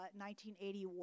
1981